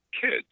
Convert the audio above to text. kids